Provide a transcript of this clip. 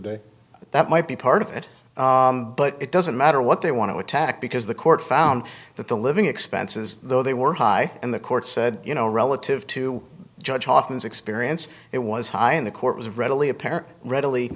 day that might be part of it but it doesn't matter what they want to attack because the court found that the living expenses though they were high and the court said you know relative to judge hoffman's experience it was high in the court was readily apparent readily